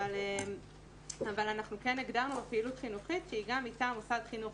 אבל אנחנו כן הגדרנו בפעילות חינוכית שהיא גם מטעם מוסד חינוך